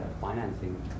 financing